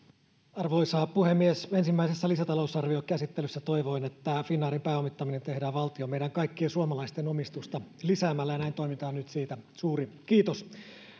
arvoisa puhemies ensimmäisessä lisätalousarviokäsittelyssä toivoin että tämä finnairin pääomittaminen tehdään valtion meidän kaikkien suomalaisten omistusta lisäämällä ja näin toimitaan nyt siitä suuri kiitos